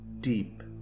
deep